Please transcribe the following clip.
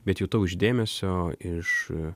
bet jutau iš dėmesio iš